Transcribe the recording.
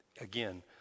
again